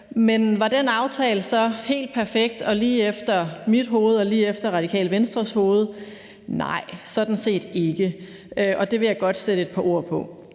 Men var den aftale så helt perfekt og lige efter mit hoved og lige efter Radikale Venstres hoved? Nej, det var den sådan set ikke, og det vil jeg godt sætte et par ord på.